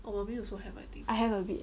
I have a bit